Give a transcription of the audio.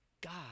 God